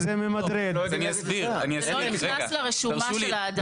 זה לא נכנס לרשומה של האדם.